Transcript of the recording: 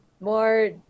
More